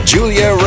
Julia